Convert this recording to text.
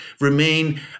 remain